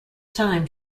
time